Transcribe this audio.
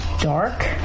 dark